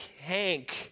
Hank